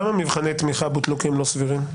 כמה מבחני תמיכה בוטלו כי הם לא סבירים?